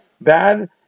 bad